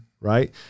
right